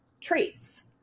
traits